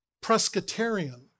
Presbyterian